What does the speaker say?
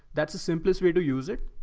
that's the simplest way to use it.